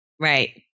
Right